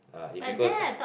ah if you go Tha~